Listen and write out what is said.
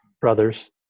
brothers